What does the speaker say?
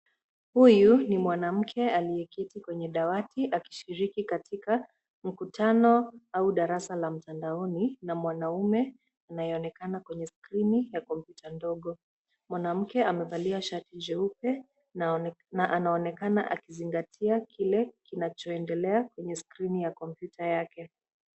Huyu ni mwanamke aliyeketi kwenye dawati akishiriki katika mkutano au darasa la mtandaoni na mwanaume anayeonekana kwenye skirini ya kompyuta ndogo. Mwanamke amevalia shati jeupe na anaonekana akizingatia kile kinachoendelea kwenye skrini ya kompyuta yake.